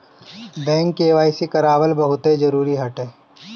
bank KYC करावल बहुते जरुरी हटे